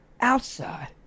Outside